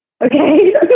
Okay